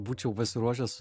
būčiau pasiruošęs